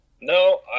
No